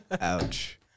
Ouch